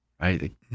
right